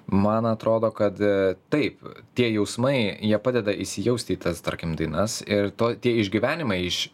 man atrodo kad taip tie jausmai jie padeda įsijausti į tas tarkim dainas ir to tie išgyvenimai iš